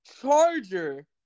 charger